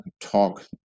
talk